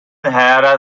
herder